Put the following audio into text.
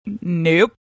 Nope